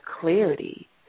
clarity